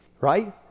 right